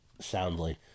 soundly